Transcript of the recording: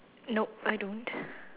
nope I don't